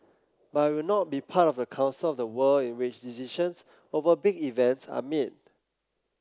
but it'll not be part of the council of the world in which decisions over big events are made